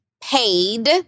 Paid